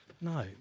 No